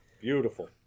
beautiful